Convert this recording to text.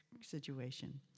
situation